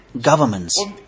governments